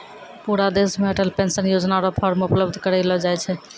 पूरा देश मे अटल पेंशन योजना र फॉर्म उपलब्ध करयलो जाय छै